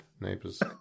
neighbors